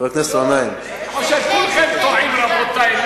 כולכם טועים, רבותי.